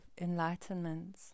enlightenment